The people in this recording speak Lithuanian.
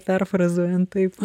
perfrazuojant taip